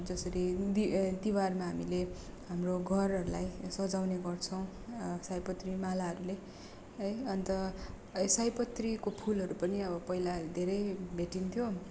जसरी दि तिहारमा हामीले हाम्रो घरहरूलाई सजाउने गर्छौँ सयपत्री मालाहरूले है अन्त सयपत्रीको फुलहरू पनि अब पहिला धेरै भेटिन्थ्यो